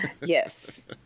yes